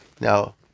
Now